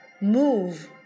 Move